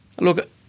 look